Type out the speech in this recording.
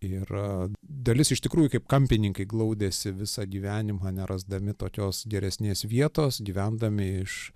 ir dalis iš tikrųjų kaip kampininkai glaudėsi visą gyvenimą nerasdami tokios geresnės vietos gyvendami iš